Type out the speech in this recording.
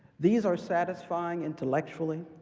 these are satisfying intellectually,